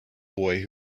boy